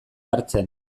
hartzen